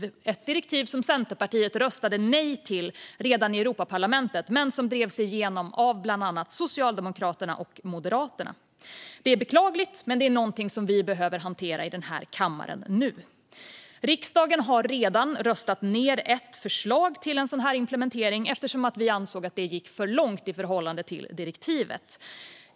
Det är ett direktiv som Centerpartiet röstade nej till redan i Europaparlamentet, men det drevs igenom av bland andra Socialdemokraterna och Moderaterna. Det är beklagligt, men nu är det någonting som vi behöver hantera i den här kammaren. Riksdagen har redan röstat mot ett förslag till en sådan här implementering, eftersom vi ansåg att det gick för långt i förhållande till direktivet.